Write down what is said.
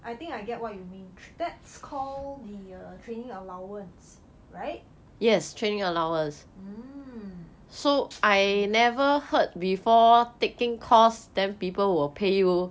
I think I get what you mean that's called the training allowance right